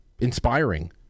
inspiring